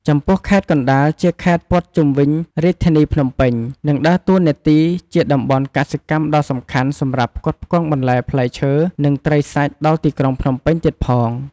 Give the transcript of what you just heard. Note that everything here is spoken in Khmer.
ចំពោះខេត្តកណ្ដាល ជាខេត្តព័ទ្ធជុំវិញរាជធានីភ្នំពេញ និងដើរតួនាទីជាតំបន់កសិកម្មដ៏សំខាន់សម្រាប់ផ្គត់ផ្គង់បន្លែ ផ្លែឈើ និងត្រីសាច់ដល់ទីក្រុងភ្នំពេញទៀតផង។